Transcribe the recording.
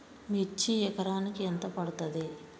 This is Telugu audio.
మిర్చి ఎకరానికి ఎంత పండుతది?